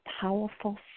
powerful